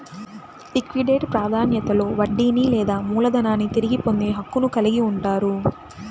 liquidate ప్రాధాన్యతలో వడ్డీని లేదా మూలధనాన్ని తిరిగి పొందే హక్కును కలిగి ఉంటారు